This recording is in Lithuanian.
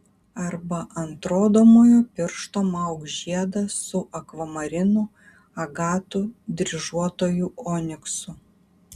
arba ant rodomojo piršto mauk žiedą su akvamarinu agatu dryžuotuoju oniksu